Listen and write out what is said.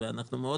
ואנחנו מאוד בעד.